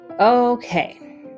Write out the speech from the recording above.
Okay